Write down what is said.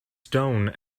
stone